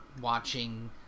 watching